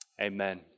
Amen